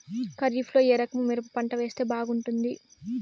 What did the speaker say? ఖరీఫ్ లో ఏ రకము మిరప పంట వేస్తే బాగుంటుంది